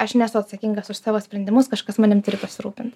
aš nesu atsakingas už savo sprendimus kažkas manim turi pasirūpint